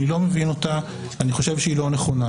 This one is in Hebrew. אני לא מבין אותה, אני חושב שהיא לא נכונה.